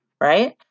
right